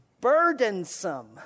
burdensome